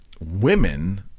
women